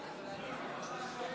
הודיעו לו שהוא יכול להיכנס?